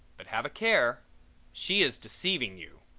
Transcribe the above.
but have a care she is deceiving you.